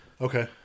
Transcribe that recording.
Okay